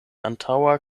antaŭa